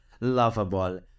lovable